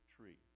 tree